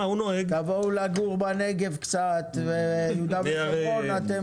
תבואו לגור בנגב קצת ויהודה ושומרון,